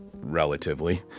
relatively